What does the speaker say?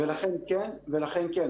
ולכן כן בהחלט,